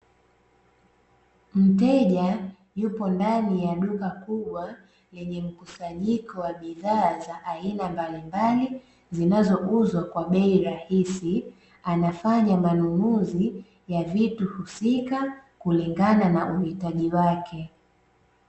Mteja yupo ndani ya duka kubwa lenye mkusanyiko wa bidhaa za aina mbalimbali zinazouzwa kwa bei rahisi, anafanya manunuzi ya vitu husika kulingana na uhitaji wake.